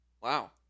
Wow